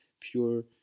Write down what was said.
pure